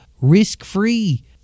risk-free